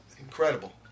incredible